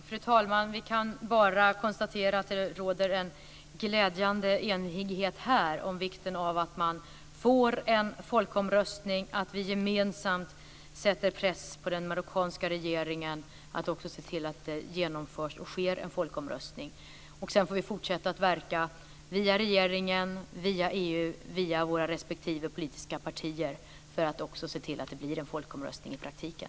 Fru talman! Vi kan bara konstatera att det råder en glädjande enighet här om vikten av att man får till stånd en folkomröstning och att vi gemensamt sätter press på den marockanska regeringen att se till att det genomförs en folkomröstning. Sedan får vi fortsätta att verka via regeringen, via EU och via våra respektive politiska partier för att se till att det blir en folkomröstning i praktiken.